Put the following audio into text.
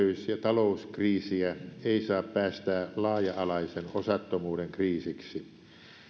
ja talouskriisiä ei saa päästää laaja alaisen osattomuuden kriisiksi